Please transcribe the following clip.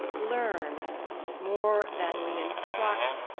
learn more than we instruct,